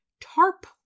tarp